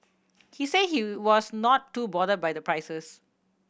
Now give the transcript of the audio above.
he say he was not too bother by the prices